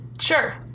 Sure